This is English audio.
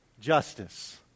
justice